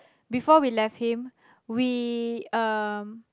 before we left him we um